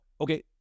okay